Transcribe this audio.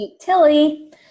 Tilly